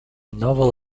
novel